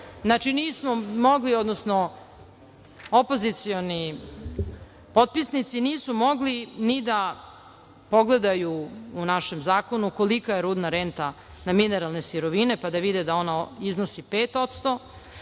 3%. Nismo mogli, odnosno opozicioni potpisnici nisu mogli ni da pogledaju u našem zakonu kolika je rudna renta na mineralne sirovine, pa da vide da ona iznosi 5%.